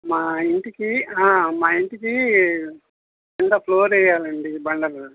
మా ఇంటికి మా ఇంటికీ కింద ఫ్లోర్ వెయ్యాలండి బండలు